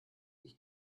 ich